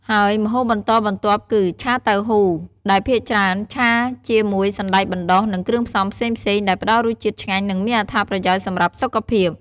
ហើយម្ហូបបន្តបន្ទាប់គឺ “ឆាតៅហ៊ូ” ដែលភាគច្រើនឆាជាមួយសណ្ដែកបណ្ដុះ និងគ្រឿងផ្សំផ្សេងៗ ដែលផ្តល់រសជាតិឆ្ងាញ់ និងមានអត្ថប្រយោជន៍សម្រាប់សុខភាព។